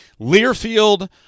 Learfield